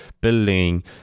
building